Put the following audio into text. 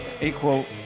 equal